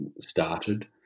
started